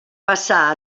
passà